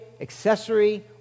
accessory